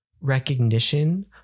recognition